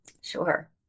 Sure